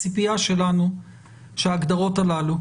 הציפייה שלנו שההגדרות הללו,